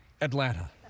Atlanta